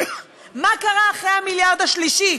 מה קרה אחרי המיליארד השלישי?